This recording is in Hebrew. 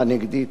אין בעיה.